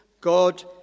God